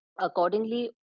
Accordingly